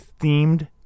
themed